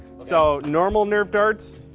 so normal nerf darts,